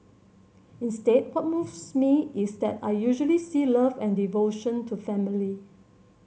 instead what moves me is that I usually see love and devotion to family